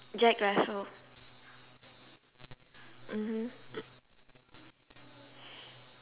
jack russell mmhmm